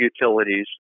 utilities